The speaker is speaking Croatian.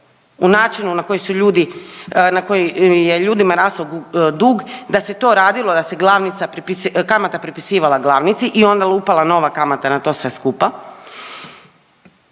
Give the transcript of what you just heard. ljudi na koji je ljudima rastao dug da se to radilo da se kamata pripisivala glavnici i onda lupala nova kamata na to sve skupa